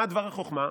מה דבר החוכמה?